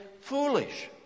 foolish